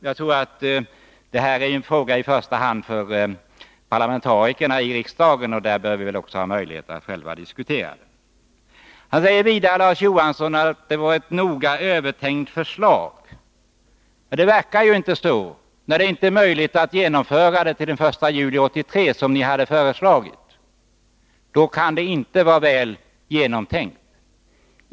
Jag tror också att det här i första hand är en fråga som bör diskuteras av parlamentarikerna. Larz Johansson säger vidare att det var ett noga övertänkt förslag som lades fram. Det verkar inte så, när det inte är möjligt att genomföra det till den 1 juli 1983 som ni hade tänkt.